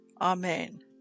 Amen